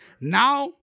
Now